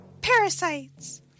parasites